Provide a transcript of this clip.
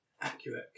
accurate